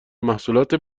محصولات